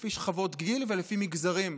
לפי שכבות גיל ולפי מגזרים,